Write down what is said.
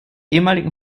ehemaligen